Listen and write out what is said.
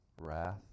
wrath